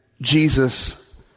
Jesus